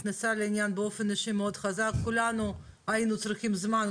שיוצא את אוקראינה כמו הקהילות של דנייפרו,